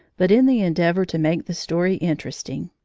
but in the endeavour to make the story interesting,